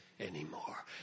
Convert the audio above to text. Anymore